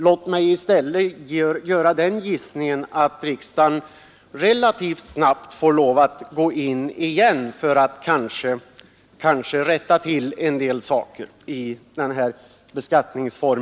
Låt mig i stället göra den gissningen att riksdagen relativt snabbt återigenom får lov att ingripa för att rätta till en del saker i denna beskattningsform.